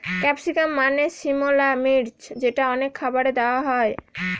capsicum মানে সিমলা মির্চ যেটা অনেক খাবারে দেওয়া হয়